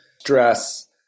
stress